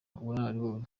ubunararibonye